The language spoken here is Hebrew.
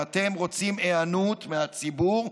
אם אתם רוצים היענות מהציבור,